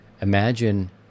Imagine